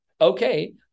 okay